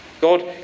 God